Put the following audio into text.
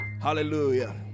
Hallelujah